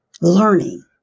learning